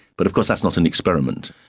but of course that's not an experiment.